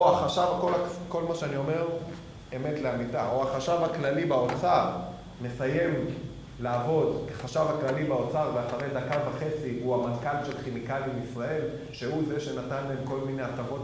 או החשב, כל מה שאני אומר, אמת להגידה, או החשב הכללי באוצר, מסיים לעבוד כחשב הכללי באוצר, ואחרי דקה וחצי, הוא המנכ"ל של כימיקלים ישראל, שהוא זה שנתן להם כל מיני הטבות